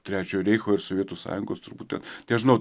trečio reicho ir sovietų sąjungos turbūt ten nežinau